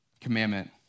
commandment